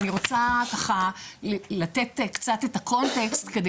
אני רוצה לתת קצת את הקונטקסט כדי